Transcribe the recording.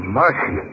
mercy